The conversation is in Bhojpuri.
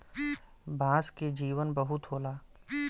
बांस के जीवन बहुत होला